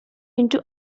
into